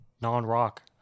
non-rock